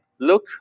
look